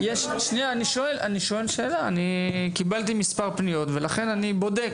אני שואל שאלה, קיבלתי מספר פניות ולכן אני בודק.